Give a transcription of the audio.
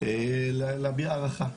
להביע הערכה.